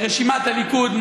לרשימת הליכוד,